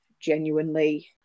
genuinely